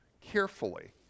carefully